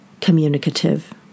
communicative